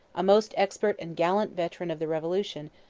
a most expert and gallant veteran of the revolution,